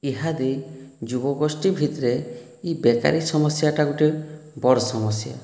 ଇହାଦେ ଯୁବଗୋଷ୍ଠୀ ଭିତରେ ଇ ବେକାରୀ ସମସ୍ୟାଟା ଗୋଟିଏ ବଡ଼ ସମସ୍ୟା